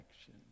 action